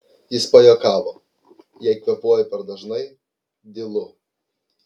jis pajuokavo jei kvėpuoju per dažnai dylu